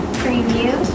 preview